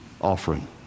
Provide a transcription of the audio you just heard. offering